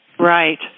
Right